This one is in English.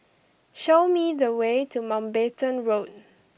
show me the way to Mountbatten Road